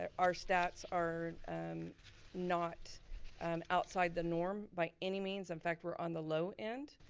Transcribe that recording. ah our stats are not and outside the norm by any means, in fact we are on the low end.